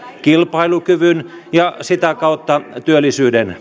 kilpailukyvyn ja sitä kautta työllisyyden